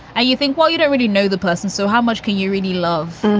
you think, well, you don't really know the person, so how much can you really love?